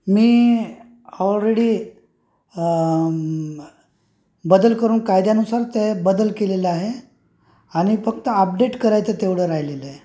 मी already बदल करून कायद्यानुसार ते बदल केलेलं आहे आणि फक्त अपडेट करायचं तेवढं राहिलेलं आहे